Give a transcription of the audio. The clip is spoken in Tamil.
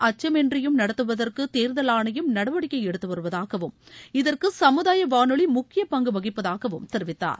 அச்சமின்றியும் நடத்துவதற்கு தேர்தல் ஆணையம் நடவடிக்கை எடுத்து வருவதாகவும் இதற்கு சமுதாய வானொலி முக்கிய பங்கு வகிப்பதாகவும் தெரிவித்தார்